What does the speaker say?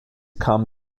kam